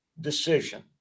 decision